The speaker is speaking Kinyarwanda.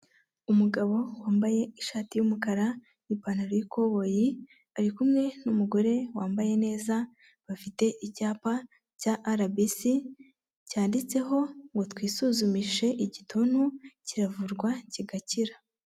Umugabo wambaye ishati y'umukara n'ipantaro y'ikoboyi, ari kumwe n'umugore wambaye neza, bafite icyapa cya RBC cyanditseho ngo twisuzumishe igituntu kiravurwa kigakira.